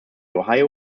ohio